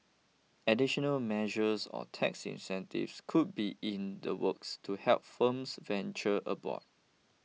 additional measures or tax incentives could be in the works to help firms venture abroad